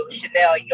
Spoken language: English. Chanel